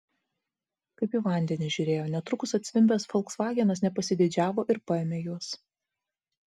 kaip į vandenį žiūrėjo netrukus atzvimbęs folksvagenas nepasididžiavo ir paėmė juos